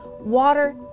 water